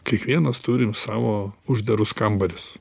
kiekvienas turim savo uždarus kambarius